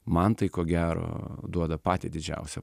man tai ko gero duoda patį didžiausią